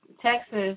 Texas